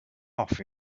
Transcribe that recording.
off